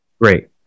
great